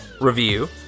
review